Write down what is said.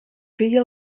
feia